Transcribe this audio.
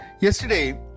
Yesterday